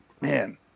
man